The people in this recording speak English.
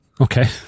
okay